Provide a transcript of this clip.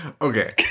Okay